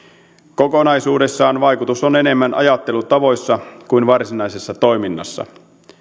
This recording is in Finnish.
kokonaisuudessaan vaikutus on enemmän ajattelutavoissa kuin varsinaisessa toiminnassa